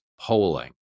polling